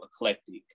eclectic